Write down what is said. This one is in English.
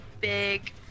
big